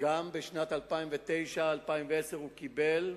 וגם בשנים 2009 2010 הוא קיבל,